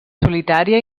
solitària